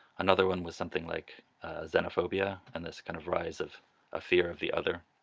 another one was something like xenophobia and this kind of rise of a fear of the other.